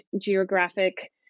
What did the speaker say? geographic